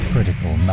Critical